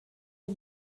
you